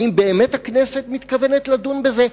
האם באמת הכנסת מתכוונת לדון בזה?